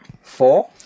four